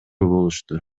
болушту